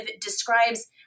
describes